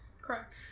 Correct